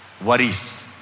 worries